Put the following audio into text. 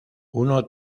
uno